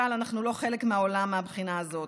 אנחנו לא חלק מהעולם מהבחינה הזאת.